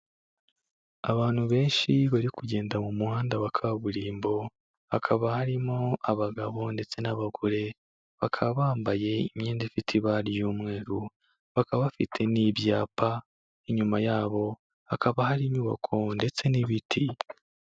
Abantu benshi bari kugenda mu muhanda wa kaburimbo, hakaba harimo abagabo ndetse n'abagore, bakaba bambaye imyenda ifite ibara ry'umweru, bakaba bafite n'ibyapa inyuma yabo hakaba hari inyubako ndetse n'ibiti.